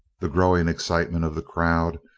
the growing excitement of the crowd,